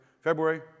February